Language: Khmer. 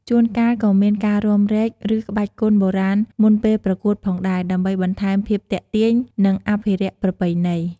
ជួនកាលក៏មានការរាំរែក ឬក្បាច់គុណបុរាណមុនពេលប្រកួតផងដែរ ដើម្បីបន្ថែមភាពទាក់ទាញ និងអភិរក្សប្រពៃណី។